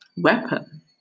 weapon